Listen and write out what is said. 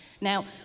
Now